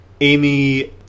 Amy